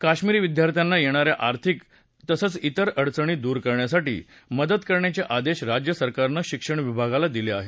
कश्मीरी विद्यार्थ्यांना येणाऱ्या आर्थिक तसंच त्रि अडचणी दूर करण्यासाठी मदत करण्याचे आदेश राज्य सरकारनं शिक्षण विभागाला दिले आहेत